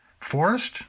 forest